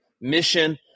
mission